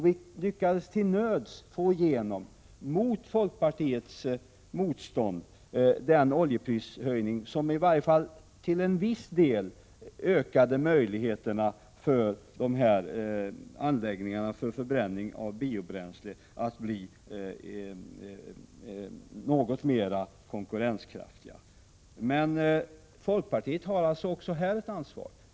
Vi lyckades till nöds — under motstånd från folkpartiet — få igenom den oljeprishöjning som i varje fall till en viss del ökade möjligheterna för dessa anläggningar för förbränning av biobränsle att bli något mer konkurrenskraftiga. Folkpartiet har också här ett ansvar.